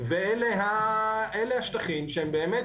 ואלה השטחים שבאמת,